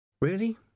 Really